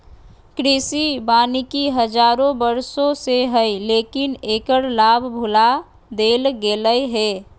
कृषि वानिकी हजारों वर्षों से हइ, लेकिन एकर लाभ भुला देल गेलय हें